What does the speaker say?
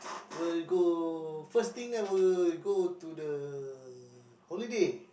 will go first thing I will go to the holiday